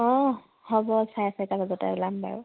অ হ'ব চাৰে চাৰিটা বজাতে ওলাম বাৰু